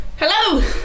Hello